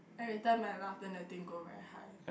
every time I laugh then the thing go very high